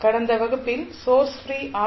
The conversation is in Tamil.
கடந்த வகுப்பில் சோர்ஸ் ப்ரீ ஆர்